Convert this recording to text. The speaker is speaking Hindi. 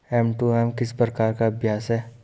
एम.टू.एम किस प्रकार का अभ्यास है?